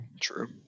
True